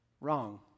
Wrong